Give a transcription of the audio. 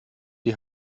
die